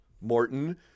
Morton